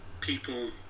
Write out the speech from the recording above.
people